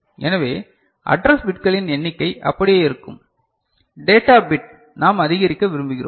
எனவே அட்ரஸ் பிட்களின் எண்ணிக்கை அப்படியே இருக்கும் டேட்டா பிட் நாம் அதிகரிக்க விரும்புகிறோம்